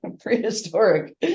prehistoric